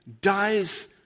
dies